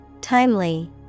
Timely